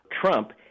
Trump